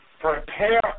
Prepare